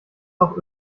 auch